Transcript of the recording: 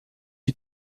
die